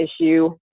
issue